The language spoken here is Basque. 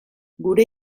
gure